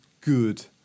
good